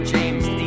James